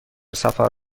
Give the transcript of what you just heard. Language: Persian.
سفر